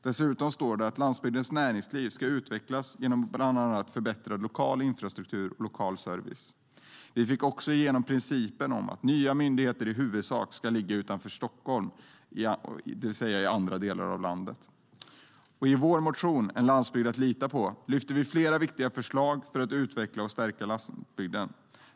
Dessutom står det att landsbygdens näringsliv ska utvecklas genom bland annat förbättrad lokal infrastruktur och lokal service. lyfter vi fram flera viktiga förslag för att utveckla och stärka landsbygden.